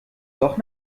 doch